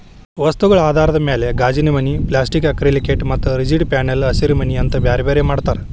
ವಸ್ತುಗಳ ಆಧಾರದ ಮ್ಯಾಲೆ ಗಾಜಿನಮನಿ, ಪ್ಲಾಸ್ಟಿಕ್ ಆಕ್ರಲಿಕ್ಶೇಟ್ ಮತ್ತ ರಿಜಿಡ್ ಪ್ಯಾನೆಲ್ ಹಸಿರಿಮನಿ ಅಂತ ಬ್ಯಾರ್ಬ್ಯಾರೇ ಮಾಡ್ತಾರ